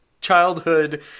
childhood